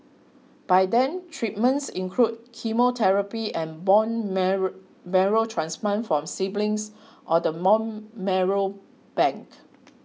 by then treatments include chemotherapy and bone marrow transplants from siblings or the bone marrow bank